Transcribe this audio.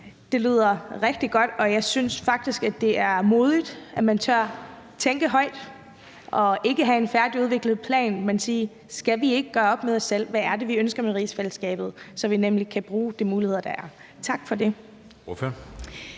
Det lyder rigtig godt, og jeg synes faktisk, at det er modigt, at man tør tænke højt og ikke have en færdigudviklet plan, men at sige: Skal vi ikke gøre op med os selv, hvad det er, vi ønsker med rigsfællesskabet, så vi nemlig kan bruge de muligheder, der er? Tak for det.